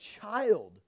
child